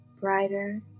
brighter